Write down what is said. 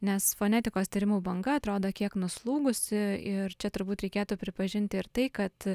nes fonetikos tyrimų banga atrodo kiek nuslūgusi ir čia turbūt reikėtų pripažinti ir tai kad